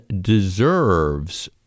deserves